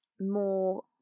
more